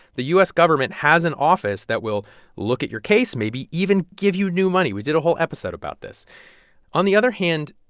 the u government has an office that will look at your case, maybe even give you new money. we did a whole episode about this on the other hand,